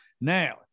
Now